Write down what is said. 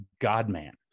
god-man